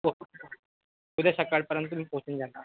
okay उद्या सकाळपर्यंत तुम्ही पोचून जाणार